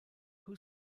who